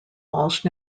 walsh